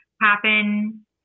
happen